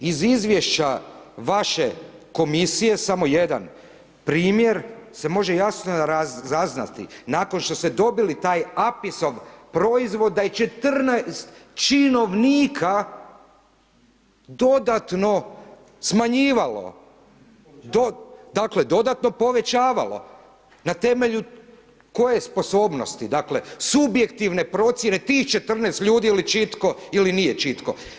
Iz izvješća vaše komisije, samo jedan primjer se može jasno razaznati nakon što ste dobili taj APIS-ov proizvod da je 14 činkovnika dodatno smanjivalo, dakle dodatno povećavalo na temelju koje sposobnosti, dakle subjektivne procjene tih 14 ljudi je li čitko ili nije čitko.